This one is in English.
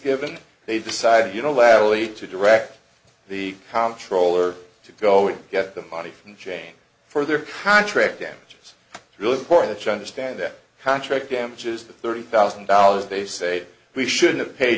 given they decided unilaterally to direct the comptroller to go and get the money from jane for their contract damages really important chunder stand that contract damages the thirty thousand dollars they say we should have paid